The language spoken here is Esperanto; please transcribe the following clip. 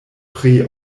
pri